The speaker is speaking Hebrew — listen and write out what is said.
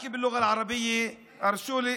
(אומר בערבית: אני רוצה לדבר בשפה הערבית.) הרשו לי,